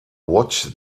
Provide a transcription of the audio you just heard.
watch